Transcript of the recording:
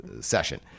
session